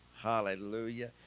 hallelujah